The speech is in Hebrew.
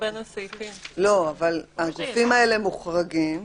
הגופים האלה מוחרגים.